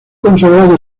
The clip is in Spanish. consagrado